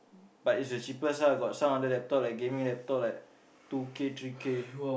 but is the cheapest lah got some other laptop like gaming laptop like two K three K